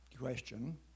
question